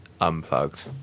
unplugged